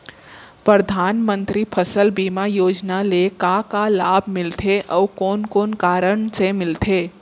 परधानमंतरी फसल बीमा योजना ले का का लाभ मिलथे अऊ कोन कोन कारण से मिलथे?